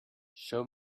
show